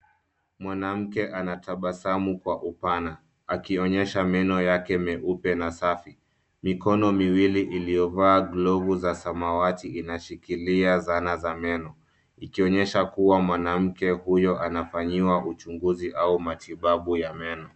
Mwanamke anatabasamu kwa upana akionyesha meno yake meupe na safi ,mikono miwili iliyovaa glovu za samawati inashikilia zana za meno ikionyesha kuwa mwanamke huyo anafanyiwa uchunguzi au matibabu ya meno.